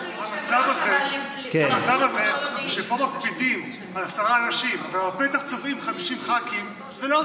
במצב הזה שפה מקפידים על עשרה אנשים ובפתח צופים 50 חברי כנסת זה לא,